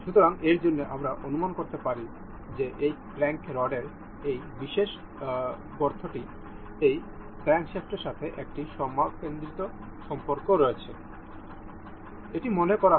সুতরাং এর জন্য আমরা অনুমান করতে পারি যে এই ক্র্যাঙ্ক রডের এই বিশেষ গর্তটি এই ক্র্যাংকশ্যাফটের সাথে একটি সমকেন্দ্রিক সম্পর্ক রয়েছে বলে মনে করা হয়